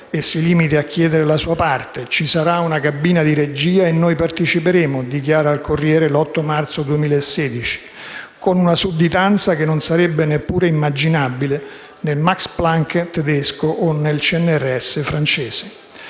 e si limiti a chiedere la sua parte: «Ci sarà una cabina di regia e noi parteciperemo», dichiara al «Corriere della Sera» l'8 marzo 2016, con una sudditanza che non sarebbe neppure immaginabile nel Max Planck tedesco o nel CNRS francese.